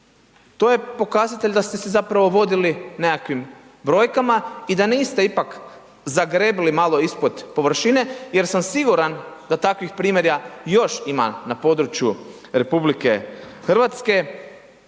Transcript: To je pokazatelj da ste se zapravo vodili nekakvim brojkama i da niste ipak zagrebli ispod površine jer sam siguran da takvih primjera još ima na području RH i to